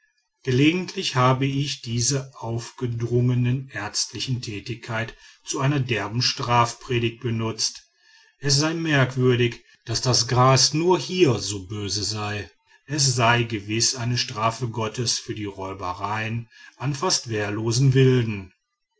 gelegentlich habe ich diese aufgedrungene ärztliche tätigkeit zu einer derben strafpredigt benutzt es sei merkwürdig daß das gras nur hier so böse sei es sei gewiß eine strafe gottes für die räubereien an fast wehrlosen wilden